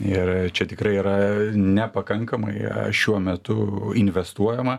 ir čia tikrai yra nepakankamai šiuo metu investuojama